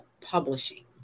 Publishing